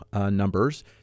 numbers